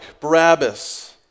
Barabbas